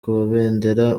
kabendera